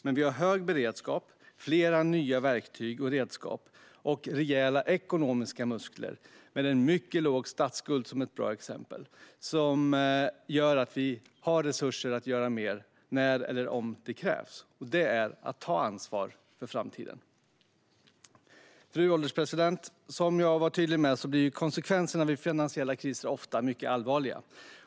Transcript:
Men vi har hög beredskap, flera nya verktyg och redskap samt rejäla ekonomiska muskler - med en mycket låg statsskuld som ett bra exempel - som gör att vi har resurser att göra mer när eller om det krävs. Det är att ta ansvar för framtiden. Fru ålderspresident! Som jag varit tydlig med blir konsekvenserna vid finansiella kriser ofta mycket allvarliga.